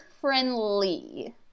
friendly